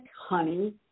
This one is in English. honey